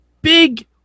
big